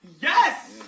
Yes